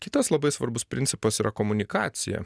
kitas labai svarbus principas yra komunikacija